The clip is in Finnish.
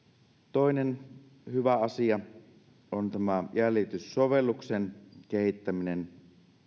toinen hyvä asia on tämä jäljityssovelluksen kehittäminen